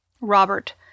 Robert